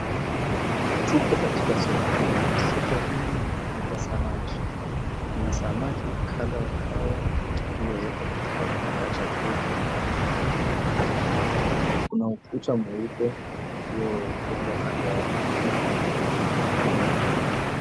Tupo katika soko, soko hili ni la samaki kuna samaki kadhaa wa kadhaa waliowekwa katika vipakacha vya udongo. Kuna ukuta mweupe uliojengwa kando ya barabara.